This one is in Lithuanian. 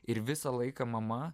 ir visą laiką mama